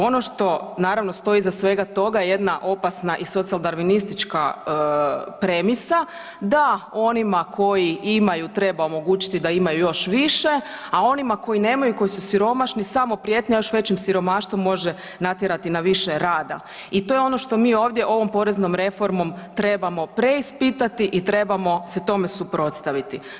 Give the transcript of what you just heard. Ono što naravno stoji iza svega toga je jedna opasna i socijaldarvinistička premisa da onima koji imaju treba omogućiti da imaju još više, a onima koji nemaju koji su siromašni samo prijetnja još većim siromaštvom može natjerati na više rada i to je ono što mi ovdje ovom poreznom reformom trebamo preispitati i trebamo se tome suprotstaviti.